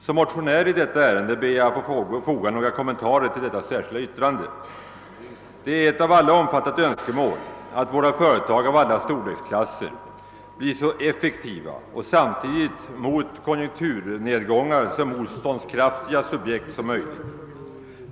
Som motionär i detta ärende ber jag att få foga några kommentarer till detta särskilda yttrande. Det är ett av alla omfattat önskemål, att våra företag av alla storleksklasser blir så effektiva och samtidigt mot konjunkturnedgångar så motståndskraftiga subjekt som möjligt.